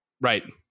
Right